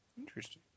Interesting